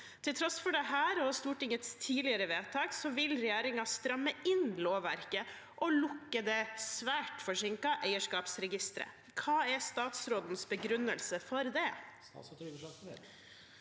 Til tross for dette, og Stortingets tidligere vedtak, vil regjeringen stramme inn lovverket og lukke det forsinkede eierskapsregisteret. Hva er statsrådens begrunnelse for dette?»